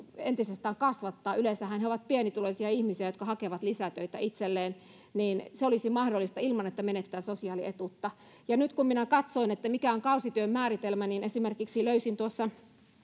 entisestään kasvattaa yleensähän he ovat pienituloisia ihmisiä jotka hakevat lisätöitä itselleen se olisi mahdollista ilman että menettää sosiaalietuutta nyt kun minä katsoin mikä on kausityön määritelmä niin löysin tuossa